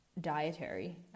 dietary